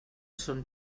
son